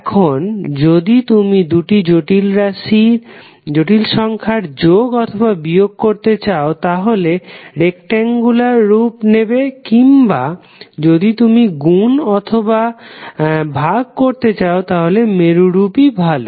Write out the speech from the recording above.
এখন যদি তুমি দুটি জটিল সংখ্যার যোগ অথবা বিয়োগ করতে চাও তাহলে রেকট্যাংগুলার রূপ নেবে কিম্বা যদি তুমি গুন অথবা ভাগ করতে চাও তাহলে মেরু রূপই ভালো